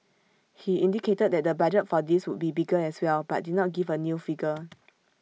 he indicated that the budget for this would be bigger as well but did not give A new figure